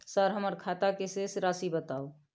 Sir हमर खाता के शेस राशि बताउ?